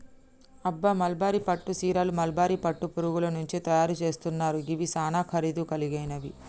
అబ్బ మల్బరీ పట్టు సీరలు మల్బరీ పట్టు పురుగుల నుంచి తయరు సేస్తున్నారు గివి సానా ఖరీదు గలిగినవి